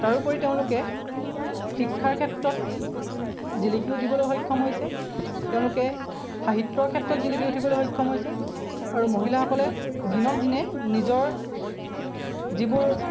তাৰোপৰি তেওঁলোকে শিক্ষাৰ ক্ষেত্ৰত জিলিকি উঠিবলৈ সক্ষম হৈছে তেওঁলোকে সাহিত্যৰ ক্ষেত্ৰত জিলিকি উঠিবলৈ সক্ষম হৈছে আৰু মহিলাসকলে দিনক দিনে নিজৰ যিবোৰ